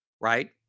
right